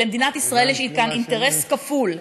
למדינת ישראל יש כאן אינטרס כפול,